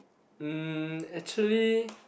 mm actually